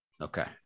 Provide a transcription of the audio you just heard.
Okay